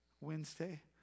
Wednesday